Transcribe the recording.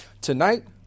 tonight